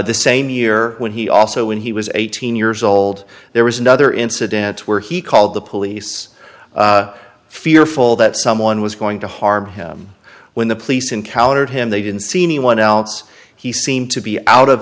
the same year when he also when he was eighteen years old there was another incident where he called the police fearful that someone was going to harm him when the police encountered him they didn't see anyone else he seemed to be out of